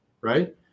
right